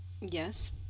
Yes